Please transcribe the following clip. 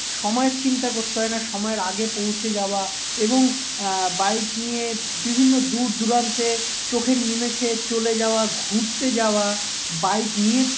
সময়ের চিন্তা করতে হয় না সময়ের আগে পৌঁছে যাওয়া এবং বাইক নিয়ে বিভিন্ন দূর দুরান্তে চোখের নিমেষে চলে যাওয়া ঘুরতে যাওয়া বাইক নিয়ে